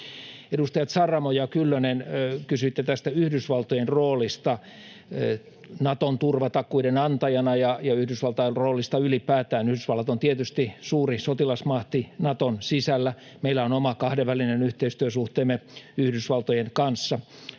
Edustajat Saramo ja Kyllönen, kysyitte tästä Yhdysvaltojen roolista Naton turvatakuiden antajana ja Yhdysvaltain roolista ylipäätään. Yhdysvallat on tietysti suuri sotilasmahti Naton sisällä, meillä on oma kahdenvälinen yhteistyösuhteemme Yhdysvaltojen kanssa,